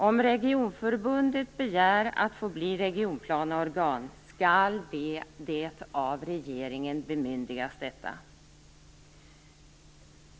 Om regionförbundet begär att få bli regionplaneorgan skall det av regeringen bemyndigas detta.